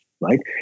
right